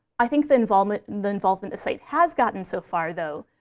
i think the involvement the involvement the site has gotten so far, though,